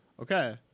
Okay